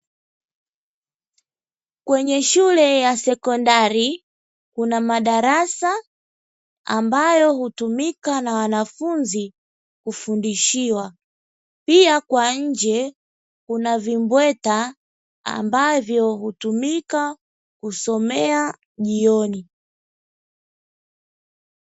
Kwenye shule ya sekondari kuna madarasa ambayo hutumika na wanafunzi kufundishiwa, pia kwa nje kuna vimbweta ambavyo hutumika kusomea jioni.